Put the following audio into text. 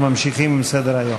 אנחנו ממשיכים בסדר-היום.